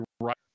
right